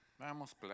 Vamos